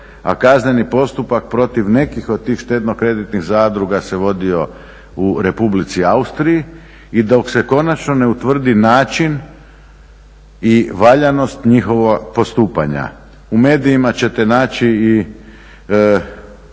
a kazneni postupak protiv nekih od tih štedno-kreditnih zadruga se vodio u Republici Austriji, i dok se konačno ne utvrdi način i valjanost njihova postupanja. U medijima ćete naći